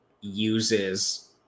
uses